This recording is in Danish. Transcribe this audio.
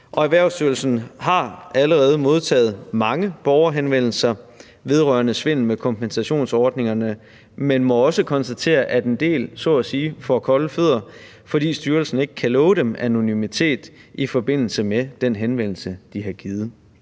Erhvervsstyrelsen har allerede modtaget mange borgerhenvendelser vedrørende svindel med kompensationsordningerne, men må også konstatere, at en del så at sige får kolde fødder, fordi styrelsen ikke kan love dem anonymitet i forbindelse med den henvendelse, de har rettet.